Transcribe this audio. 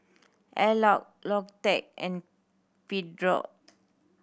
Alcott Logitech and Pedro